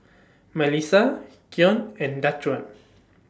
Mellissa Keon and Daquan